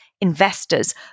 investors